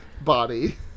body